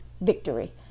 victory